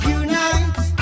unite